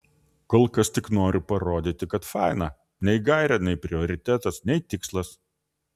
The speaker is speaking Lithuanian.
kol kas tik noriu parodyti kad faina nei gairė nei prioritetas nei tikslas